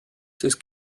des